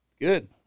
Good